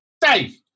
Dave